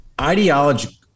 ideology